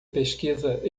pesquisa